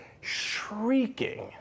shrieking